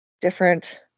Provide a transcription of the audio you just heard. different –